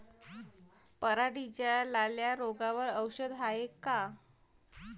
पराटीच्या लाल्या रोगावर औषध हाये का?